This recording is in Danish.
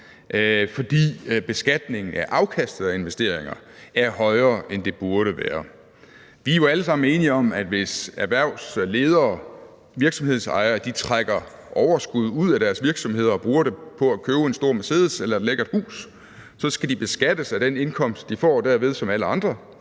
fordi beskatningen af afkastet af investeringer er højere, end det burde være. Vi er jo alle sammen enige om, at hvis erhvervsledere, virksomhedsejere trækker overskud ud af deres virksomheder og bruger det på at købe en stor Mercedes eller et lækkert hus, skal de beskattes af den indkomst, de får derved, som alle andre,